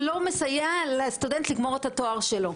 לא מסייע לסטודנט לגמור את התואר שלו,